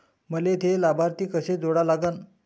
मले थे लाभार्थी कसे जोडा लागन?